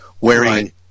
wearing